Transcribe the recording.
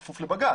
אני כפוף לבג"ץ,